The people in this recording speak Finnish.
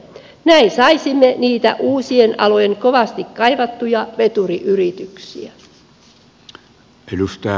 näin saisimme niitä uusien alojen kovasti kaivattuja veturiyrityksiä